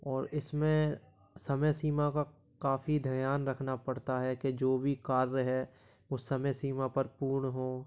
और इसमें समय सीमा का काफ़ी धयान रखना पड़ता है कि जो भी कार्य है वो समय सीमा पर पूर्ण हो